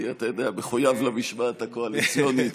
אני, אתה יודע, מחויב למשמעת הקואליציונית.